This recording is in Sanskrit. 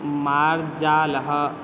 मार्जालः